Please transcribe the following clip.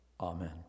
Amen